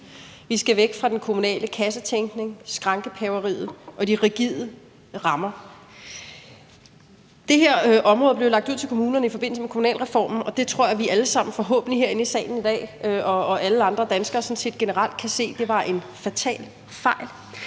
Vi skal væk fra den kommunale kassetænkning, skrankepaveriet og de rigide rammer. Det her område blev lagt ud til kommunerne i forbindelse med kommunalreformen, og det tror jeg forhåbentlig vi alle sammen herinde i salen i dag og alle andre danskere sådan set generelt kan se var en fatal fejl.